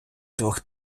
двох